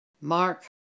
Mark